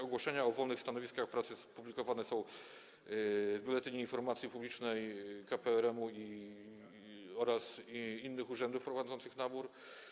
Ogłoszenia o wolnych stanowiskach pracy publikowane są w Biuletynie Informacji Publicznej KPRM oraz innych urzędów prowadzących nabór.